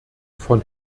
von